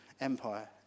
Empire